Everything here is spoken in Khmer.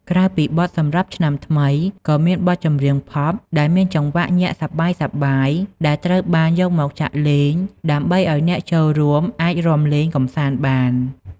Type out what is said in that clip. ក្រៅពីបទសម្រាប់ឆ្នាំថ្មី ក៏មានបទចម្រៀងផប់ដែលមានចង្វាក់ញាក់សប្បាយៗ ដែលត្រូវបានយកមកចាក់លេងដើម្បីឱ្យអ្នកចូលរួមអាចរាំលេងកម្សាន្តបាន។